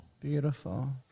Beautiful